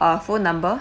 uh phone number